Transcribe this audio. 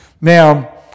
Now